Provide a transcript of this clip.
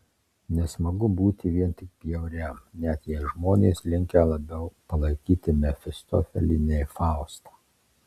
nesmagu būti vien tik bjauriam net jei žmonės linkę labiau palaikyti mefistofelį nei faustą